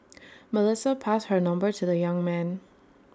Melissa passed her number to the young man